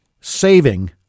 saving